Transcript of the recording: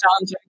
challenging